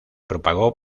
propagó